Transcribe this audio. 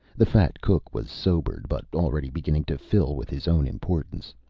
the fat cook was sobered, but already beginning to fill with his own importance.